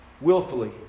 willfully